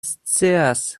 scias